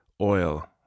oil